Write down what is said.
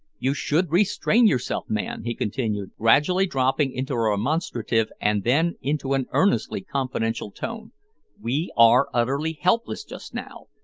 you should restrain yourself, man, he continued, gradually dropping into a remonstrative and then into an earnestly confidential tone we are utterly helpless just now.